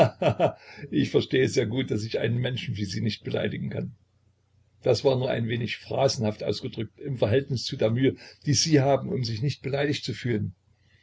ich verstehe sehr gut daß ich einen menschen wie sie nicht beleidigen kann das war nur ein wenig phrasenhaft ausgedrückt im verhältnis zu der mühe die sie haben um sich nicht beleidigt zu fühlen